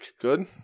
Good